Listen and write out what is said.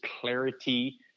clarity